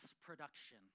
production